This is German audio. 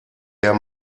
der